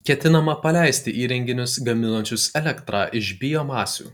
ketinama paleisti įrenginius gaminančius elektrą iš biomasių